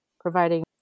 providing